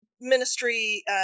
ministry